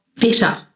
better